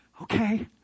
Okay